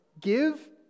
give